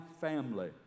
family